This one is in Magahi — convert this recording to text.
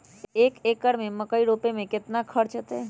एक एकर में मकई रोपे में कितना खर्च अतै?